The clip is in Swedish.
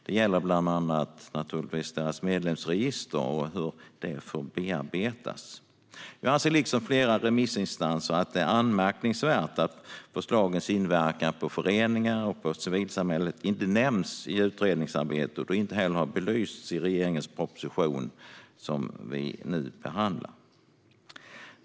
Det gäller bland annat medlemsregistren och hur de får bearbetas. Jag anser liksom flera remissinstanser att det är anmärkningsvärt att förslagens inverkan på föreningar och civilsamhälle inte har nämnts i utredningsarbetet och inte heller blir belyst i den proposition vi nu behandlar.